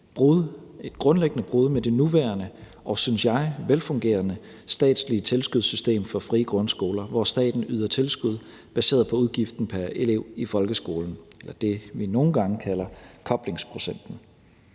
et grundlæggende brud med det nuværende og, synes jeg, velfungerende statslige tilskudssystem for frie grundskoler, hvor staten yder tilskud baseret på udgiften pr. elev i folkeskolen, eller det, vi nogle gange kalder koblingsprocenten.